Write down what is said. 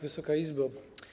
Wysoka Izbo!